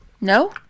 No